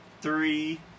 three